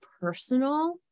personal